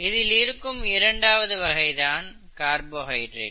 இதில் இருக்கும் இரண்டாவது வகைதான் கார்போஹைட்ரேட்